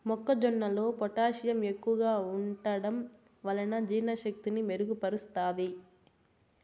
మొక్క జొన్నలో పొటాషియం ఎక్కువగా ఉంటడం వలన జీర్ణ శక్తిని మెరుగు పరుస్తాది